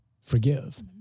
forgive